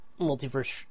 multiverse